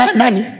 nani